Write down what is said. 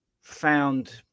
found